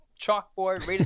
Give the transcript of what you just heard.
chalkboard